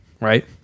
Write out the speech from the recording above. Right